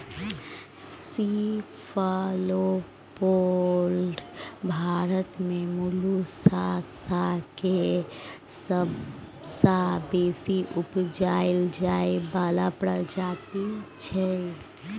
cephalopod Bharat मे molluscs केर सबसँ बेसी उपजाएल जाइ बला प्रजाति छै